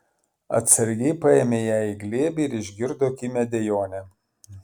atsargiai paėmė ją į glėbį ir išgirdo kimią dejonę